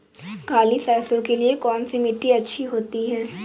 काली सरसो के लिए कौन सी मिट्टी अच्छी होती है?